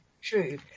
true